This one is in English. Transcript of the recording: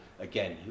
again